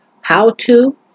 how-to